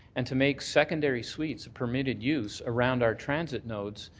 and to make secondary suites permitted use around our transit notes,